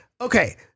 okay